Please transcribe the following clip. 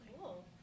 Cool